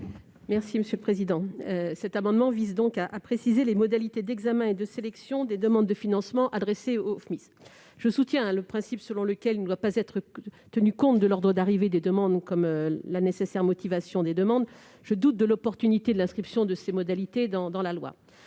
de la commission ? Cet amendement vise à préciser les modalités d'examen et de sélection des demandes de financement adressées au FMIS. Je soutiens le principe selon lequel il ne doit pas être tenu compte de l'ordre d'arrivée des demandes, ainsi que la nécessité de leur motivation. Je doute, en revanche, de l'opportunité de l'inscription de ces modalités dans la loi.